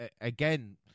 again